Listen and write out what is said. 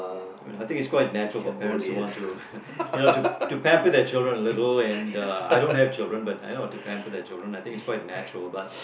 oh you know I think it's quite natural for parents want to you know to pamper their children a little and uh I don't have children but then you know to pamper their children I think it's quite natural but